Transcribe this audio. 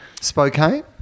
Spokane